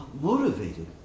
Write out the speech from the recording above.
motivated